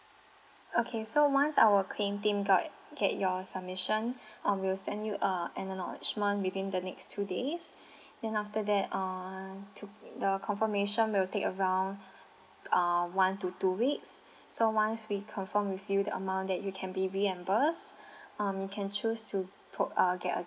okay so once our claim team got get your submission uh we'll send you uh an acknowledgement within the next two days then after that uh to the confirmation will take around uh one to two weeks so once we confirmed with you the amount that you can be reimbursed um you can choose to put uh get a